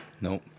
Nope